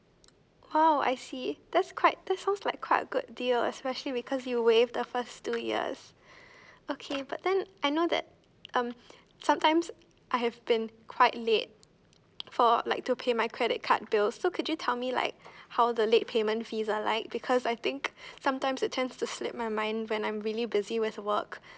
!wow! I see that's quite that's sounds like quite a good deal especially because you waive the first two years okay but then I know that um sometimes I have been quite late for like to pay my credit card bill so could you tell me like how the late payment fee are like because I think sometimes it tends to slip my mind when I'm really busy with work